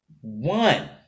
one